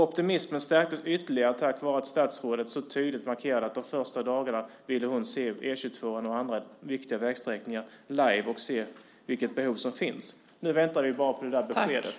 Optimismen stärktes ytterligare tack vare att statsrådet så tydligt markerade att de första dagarna ville hon se E 22:an och andra viktiga vägsträckningar live och se vilket behov som finns. Nu väntar vi bara på beskedet.